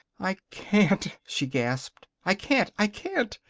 i can't! she gasped. i can't! i can't!